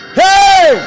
hey